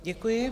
Děkuji.